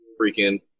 freaking